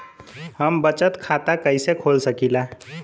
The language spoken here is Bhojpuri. हम बचत खाता कईसे खोल सकिला?